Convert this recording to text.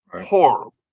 horrible